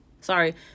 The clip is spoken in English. Sorry